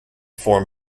form